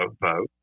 vote